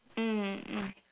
mm mm